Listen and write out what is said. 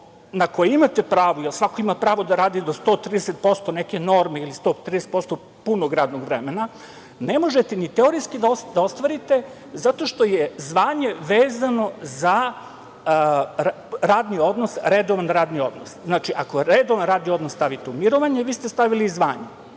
na koje imate pravo, jer svako ima pravo da radi do 130% neke norme ili 130% punog radnog vremena, ne možete ni teorijski da ostvarite zato što je zvanje vezano za redovan radni odnos. Znači, ako redovan radni odnos stavite u mirovanje, vi ste stavili i zvanje.